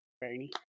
Bernie